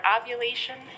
ovulation